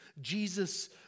Jesus